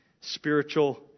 spiritual